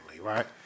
right